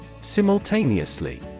Simultaneously